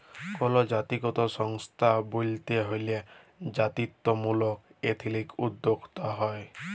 call জাতিগত সংস্থা ব্যইলতে হ্যলে জাতিত্ত্বমূলক এথলিক উদ্যোক্তা হ্যয়